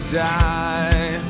die